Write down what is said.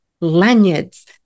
lanyards